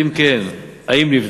2. אם כן, האם נבדק?